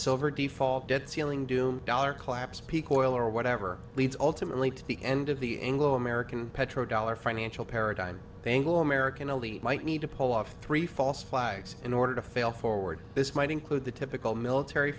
silver default debt ceiling doom dollar collapse peak oil or whatever leads ultimately to the end of the anglo american petro dollar financial paradigm they will american only might need to pull off three false flags in order to fail forward this might include the typical military